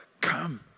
come